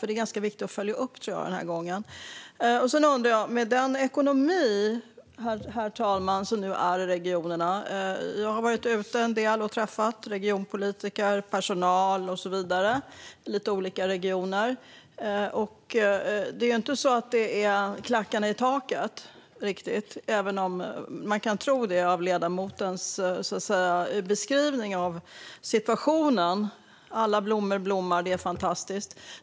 Det är ganska viktigt att göra det, tror jag, den här gången. Sedan undrar jag lite mot bakgrund av den ekonomi som är i regionerna. Jag har träffat en del regionpolitiker, personal och så vidare i olika regioner. Det är ju inte riktigt klackarna i taket, även om man kan tro det utifrån ledamotens beskrivning av situationen: Alla blommor blommar och det är fantastiskt!